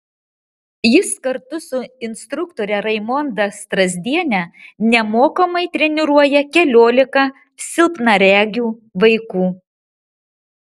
jis kartu su instruktore raimonda strazdiene nemokamai treniruoja keliolika silpnaregių vaikų